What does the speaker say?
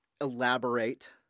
elaborate